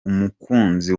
umukunzi